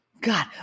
God